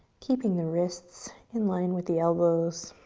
keeping the wrists in line with the elbows,